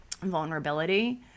vulnerability